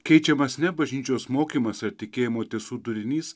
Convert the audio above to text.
keičiamas ne bažnyčios mokymas ir tikėjimo tiesų turinys